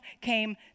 came